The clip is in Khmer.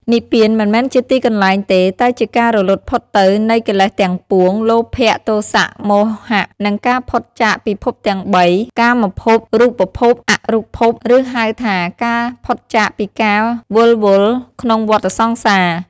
និព្វានមិនមែនជាទីកន្លែងទេ តែជាការរលត់ផុតទៅនៃកិលេសទាំងពួង លោភៈ ទោសៈ មោហៈ និងការផុតចាកពីភពទាំងបី កាមភព រូបភព អរូបភព ឬហៅថាការផុតចាកពីការវិលវល់ក្នុងវដ្ដសង្សារ។